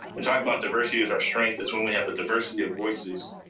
and talking about diversity as our strength, is when we have the diversity of voices